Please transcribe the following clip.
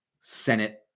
Senate